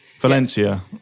Valencia